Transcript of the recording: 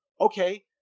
okay